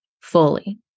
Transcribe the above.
fully